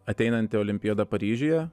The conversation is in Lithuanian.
ateinanti olimpiada paryžiuje